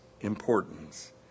importance